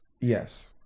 Yes